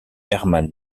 hermann